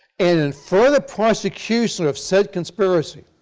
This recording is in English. in further prosecution of said conspiracy,